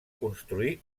construir